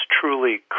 truly